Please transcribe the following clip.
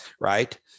right